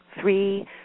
three